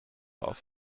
auf